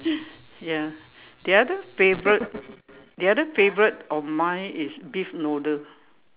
ya the other favourite the other favourite of mine is beef noodle